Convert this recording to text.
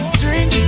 drink